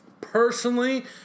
Personally